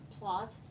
plot